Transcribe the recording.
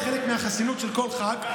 זה חלק מהחסינות של כל ח"כ.